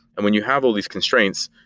and when you have all these constraints,